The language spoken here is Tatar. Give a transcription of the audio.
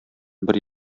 бер